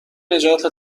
نجات